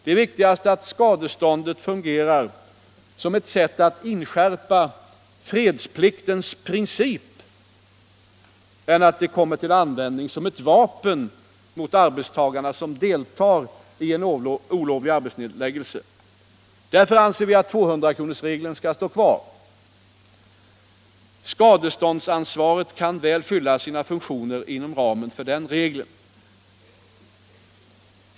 Det är viktigare att skadeståndet fungerar som ett sätt att inskärpa fredspliktens princip än att det kommer till användning som ett vapen mot de arbetstagare som deltar i en olovlig arbetsnedläggelse. Därför anser vi att 200-kronorsregeln skall stå kvar. Skadeståndsansvaret kan väl fylla sina funktioner inom ramen för den regeln.